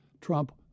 Trump